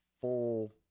full